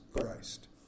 Christ